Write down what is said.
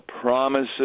promises